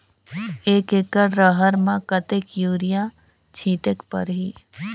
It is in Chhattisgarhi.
एक एकड रहर म कतेक युरिया छीटेक परही?